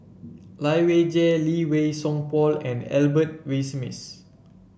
Lai Weijie Lee Wei Song Paul and Albert Winsemius